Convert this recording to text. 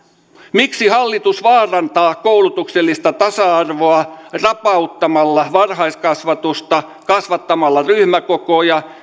miksi hallitus vaarantaa koulutuksellista tasa arvoa rapauttamalla varhaiskasvatusta kasvattamalla ryhmäkokoja